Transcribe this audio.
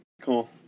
Cool